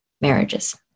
marriages